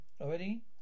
Already